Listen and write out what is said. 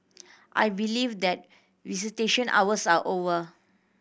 I believe that visitation hours are over